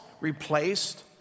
replaced